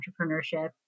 entrepreneurship